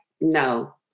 no